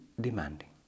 demanding